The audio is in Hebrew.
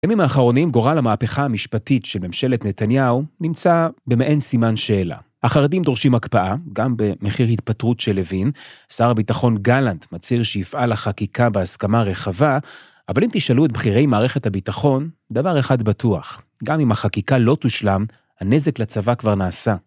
בימים האחרונים גורל המהפכה המשפטית של ממשלת נתניהו נמצא במעין סימן שאלה. החרדים דורשים הקפאה, גם במחיר התפטרות של לוין, שר הביטחון גלנט מצהיר שיפעל לחקיקה בהסכמה רחבה, אבל אם תשאלו את בכירי מערכת הביטחון, דבר אחד בטוח, גם אם החקיקה לא תושלם, הנזק לצבא כבר נעשה.